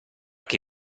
che